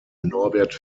norbert